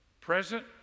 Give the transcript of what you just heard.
present